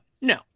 no